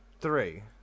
three